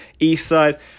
Eastside